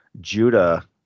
Judah